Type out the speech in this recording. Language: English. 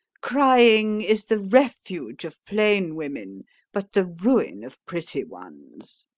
crying is the refuge of plain women but the ruin of pretty ones.